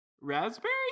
raspberry